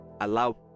allow